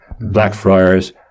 Blackfriars